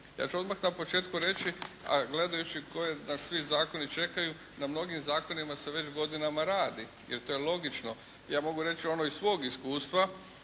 Ja ću odmah na početku reći, a gledajući koji nas svi zakoni čekaju, na mnogi zakonima se već godinama radi, jer to je logično. Ja mogu reći iz svog iskustva